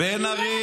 הוא לא יגיד